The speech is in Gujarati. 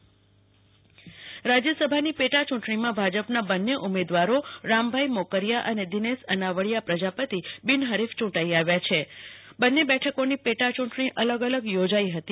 કલ્પના શાહ રાજયસભા બિનહરીફ રાજ્યસભાની પેટા ચુંટણીમાં ભજપના બંને ઉમેદવારો રામભાઈ મોકરીયા અને દિનેશ અનાવડીયા પ્રજાપતિ બિનહરીફ ચુંટાઈ આવ્યા છે બંને બેઠકની પેટા ચુંટણી અલગ અલગ યોજાઈ હતી